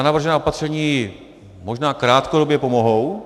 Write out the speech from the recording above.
Navržená opatření možná krátkodobě pomohou.